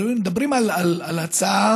הרי מדברים על הצעה